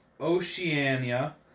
Oceania